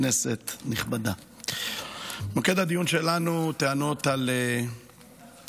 כנסת נכבדה, מוקד הדיון שלנו: טענות על אלימות,